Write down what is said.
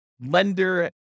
lender